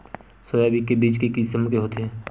Soybean के बीज के किसम के हवय?